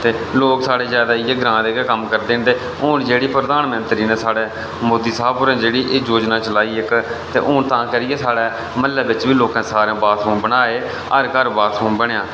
ते लोक साढ़े जैदा इ'यै ग्रां दा गै कम्म करदे न ते हून जेह्ड़े प्रधानमैंत्री न साढ़े मोदी साह्ब होरें जेह्ड़ी योजना चलाई इक ते हून तां करियै साढ़े म्हल्लै बिच बी लोकें बाथरूम बनाए हर घर बाथरूम बनेआ